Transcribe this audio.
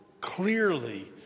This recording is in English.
clearly